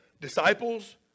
disciples